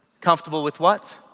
comfortable with what?